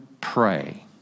pray